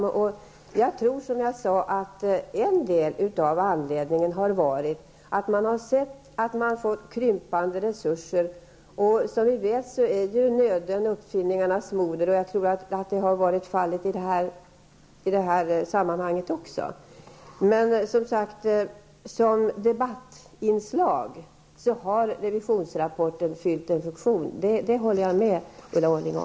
Som jag sade tror jag att anledningen delvis har varit att man har sett att resurserna har krympt. Som vi vet är nöden uppfinningarnas moder, och jag tror att det har varit fallet även i det här sammanhanget. Men som debattinslag har revisorernas rapport fyllt en funktion. Det håller jag med Ulla Orring om.